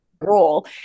role